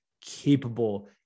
capable